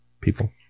people